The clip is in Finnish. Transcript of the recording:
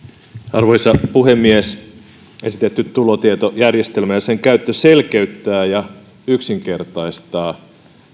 arvoisa puhemies esitetty tulotietojärjestelmä ja sen käyttö selkeyttää ja yksinkertaistaa